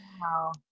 Wow